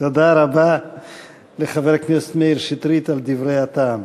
תודה רבה לחבר הכנסת מאיר שטרית על דברי הטעם.